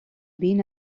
been